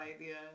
idea